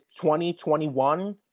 2021